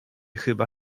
chyba